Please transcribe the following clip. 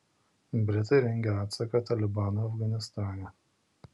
britai rengia atsaką talibanui afganistane